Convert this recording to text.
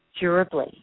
durably